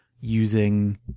using